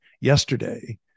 yesterday